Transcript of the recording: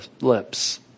lips